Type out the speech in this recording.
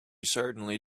certainly